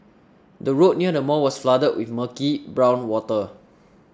the road near the mall was flooded with murky brown water